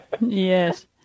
yes